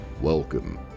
Welcome